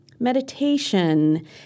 meditation